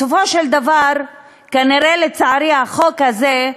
בסופו של דבר, כנראה, לצערי, החוק הזה,